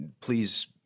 please